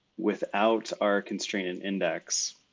without our constraint and index.